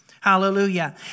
Hallelujah